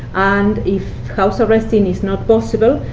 and if house arresting is not possible,